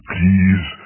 Please